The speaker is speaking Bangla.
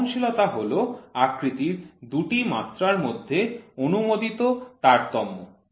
সহনশীলতা হল আকৃতির দুটি মাত্রার মধ্যে অনুমোদিত তারতম্য